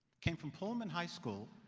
came from pullman high school,